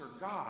God